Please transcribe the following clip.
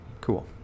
Cool